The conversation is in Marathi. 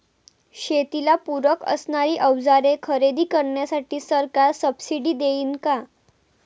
शेतीला पूरक असणारी अवजारे खरेदी करण्यासाठी सरकार सब्सिडी देईन का?